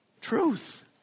truth